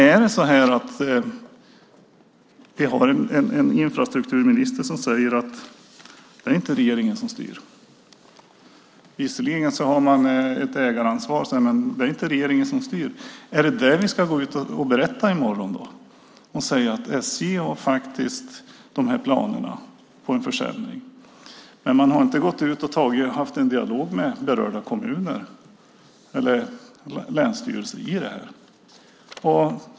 Är det så att vi har en infrastrukturminister som säger att det inte är regeringen som styr? Visserligen har man ett ägaransvar, men det är inte regeringen som styr. Är det det vi ska gå ut och berätta i morgon? SJ har de här planerna på försäljning, men man har inte gått ut och haft någon dialog med berörda kommuner eller länsstyrelser om detta.